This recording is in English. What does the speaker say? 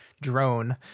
drone